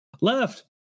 left